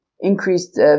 increased